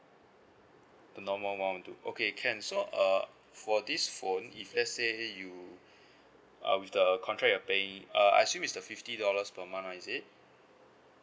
the normal one will do okay can so uh for this phone if let's say you uh with the contract you're paying uh I assume is the fifty dollars per month [one] is it